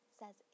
says